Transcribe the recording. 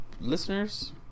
listeners